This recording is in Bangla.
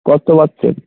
কত পার্সেন্ট